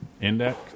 Index